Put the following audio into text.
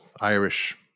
Irish